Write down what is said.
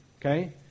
okay